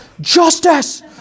justice